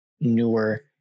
newer